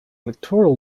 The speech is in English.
electoral